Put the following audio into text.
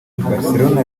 barcelone